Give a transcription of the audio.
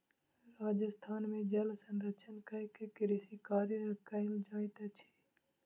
राजस्थान में जल संरक्षण कय के कृषि कार्य कयल जाइत अछि